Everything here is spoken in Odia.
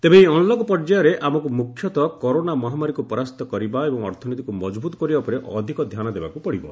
ତେବେ ଏହି ଅନ୍ଲକ ପର୍ଯ୍ୟାୟରେ ଆମକୁ ମୁଖ୍ୟତଃ କରୋନା ମହାମାରୀକୁ ପରାସ୍ତ କରିବା ଏବଂ ଅର୍ଥନୀତିକୁ ମଜବୁତ କରିବା ଉପରେ ଅଧିକ ଧ୍ୟାନ ଦେବାକୁ ପଡ଼ିବ